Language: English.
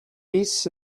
beasts